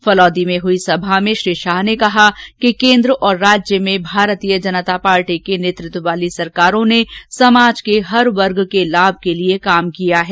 फलौदी में हई सभा में श्री शाह ने कहा कि केन्द्र और राज्य में भारतीय जनतापार्टी के नेतृत्व वाली सरकारों ने समाज के हर वर्ग के लाभ के लिए काम किया है